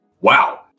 wow